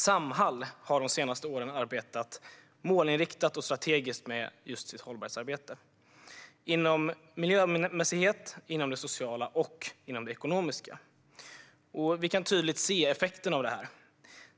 Samhall har under de senaste åren arbetat målinriktat och strategiskt med sitt hållbarhetsarbete inom miljöområdet, det sociala området och det ekonomiska området. Vi kan tydligt se effekten av detta.